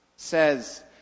Says